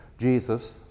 Jesus